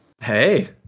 Hey